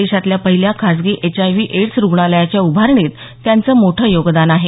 देशातल्या पहिल्या खाजगी एचआयव्ही एड्स रुग्णालयाच्या उभारणीत त्यांचं मोठं योगदान आहे